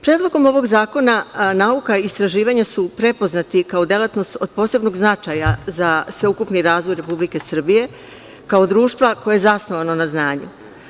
Predlogom ovog zakona nauka i istraživanja su prepoznati kao delatnosti od posebnog značaja za sveukupni razvoj Republike Srbije, kao društva koje je zasnovano na znanju.